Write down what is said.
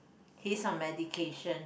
he's on medication